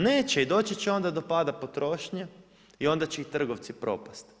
Neće i doći će onda do pada potrošnje i onda će i trgovci propasti.